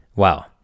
Wow